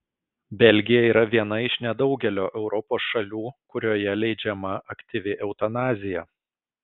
belgija yra viena iš nedaugelio europos šalių kurioje leidžiama aktyvi eutanazija